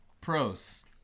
pros